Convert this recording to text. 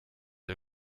der